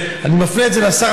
אני מפנה את זה לשר,